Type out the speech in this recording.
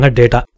data